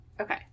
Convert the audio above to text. okay